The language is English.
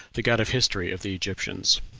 the god of history of the egyptians.